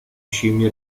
scimmie